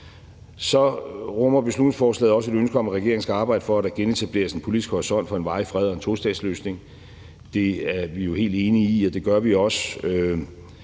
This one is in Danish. Så rummer beslutningsforslaget også et ønske om, at regeringen skal arbejde for, at der genetableres en politisk horisont for en varig fred og en tostatsløsning. Det er vi jo helt enige i, og det gør vi også.